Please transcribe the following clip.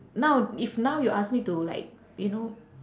now if now you ask me to like you know